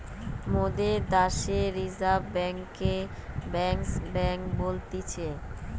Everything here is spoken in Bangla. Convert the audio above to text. মোদের দ্যাশে রিজার্ভ বেঙ্ককে ব্যাঙ্কার্স বেঙ্ক বলতিছে